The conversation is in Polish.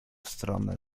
stronę